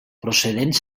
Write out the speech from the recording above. procedents